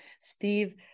Steve